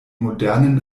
modernen